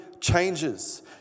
changes